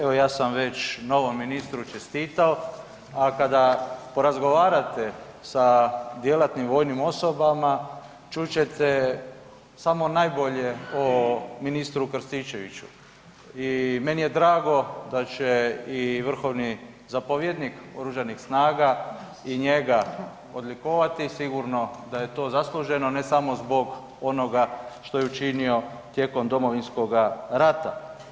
Evo ja sam već novom ministru čestitao, a kada porazgovarate sa djelatnim vojnim osobama čut ćete samo najbolje o ministru Krstičeviću i meni je drago da će i vrhovni zapovjednik oružanih snaga i njega odlikovati, sigurno da je to zasluženo ne samo zbog onoga što je učinio tijekom Domovinskoga rata.